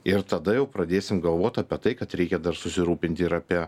ir tada jau pradėsim galvot apie tai kad reikia dar susirūpinti ir apie